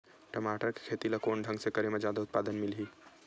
टमाटर के खेती ला कोन ढंग से करे म जादा उत्पादन मिलही?